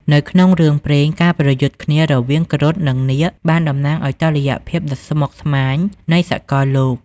នៅក្នុងរឿងព្រេង ការប្រយុទ្ធគ្នារវាងគ្រុឌ និងនាគបានតំណាងឲ្យតុល្យភាពដ៏ស្មុគស្មាញនៃសកលលោក។